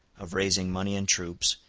of raising money and troops,